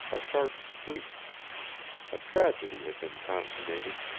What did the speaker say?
a sharp squeak a tragedy had been consummated,